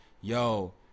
yo